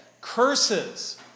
curses